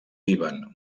líban